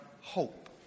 hope